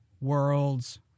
worlds